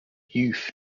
youth